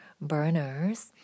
burners